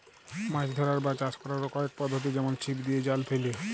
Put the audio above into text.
মাছ ধ্যরার বা চাষ ক্যরার কয়েক পদ্ধতি যেমল ছিপ দিঁয়ে, জাল ফ্যাইলে